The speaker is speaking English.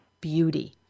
beauty